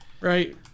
right